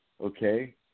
Okay